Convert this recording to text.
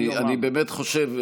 אני באמת חושב,